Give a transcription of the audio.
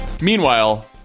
Meanwhile